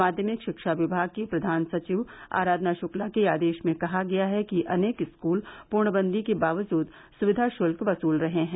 माध्यमिक शिक्षा विमाग की प्रधान सचिव आराधना श्क्ला के आदेश में कहा गया है कि अनेक स्कूल पूर्णबंदी के बावजूद सचिधा शत्क वसुल रहे हैं